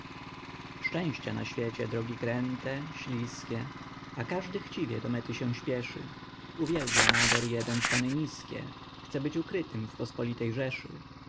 szczęścia na świecie drogi kręte śliskie a każdy chciwie do mety się śpieszy uwielbia nader jeden stany niskie chce być ukrytym w pospolitej rzeszy